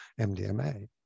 MDMA